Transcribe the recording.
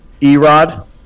erod